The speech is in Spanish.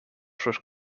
sus